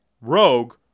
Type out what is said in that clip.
Rogue